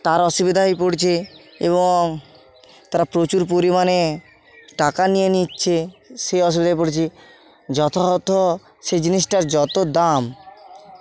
তার অসুবিধায় পড়ছে এবং তারা প্রচুর পরিমাণে টাকা নিয়ে নিচ্ছে সেই অসুবিধায় পড়ছে যথাযথ সেই জিনিসটার যত দাম